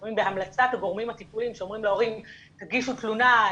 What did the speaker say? עצורים בהמלצת הגורמים הטיפוליים שאומרים להורים: תגישו תלונה,